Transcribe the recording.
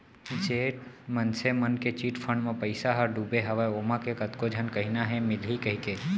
जेन मनसे मन के चिटफंड म पइसा ह डुबे हवय ओमा के कतको झन कहिना हे मिलही कहिके